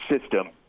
system